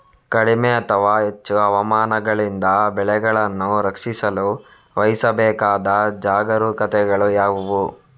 ಕಡಿಮೆ ಅಥವಾ ಹೆಚ್ಚು ಹವಾಮಾನಗಳಿಂದ ಬೆಳೆಗಳನ್ನು ರಕ್ಷಿಸಲು ವಹಿಸಬೇಕಾದ ಜಾಗರೂಕತೆಗಳು ಯಾವುವು?